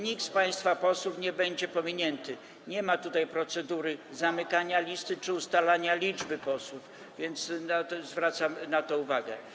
Nikt z państwa posłów nie będzie pominięty, nie ma tutaj procedury zamykania listy czy ustalania liczby posłów, więc zwracam na to uwagę.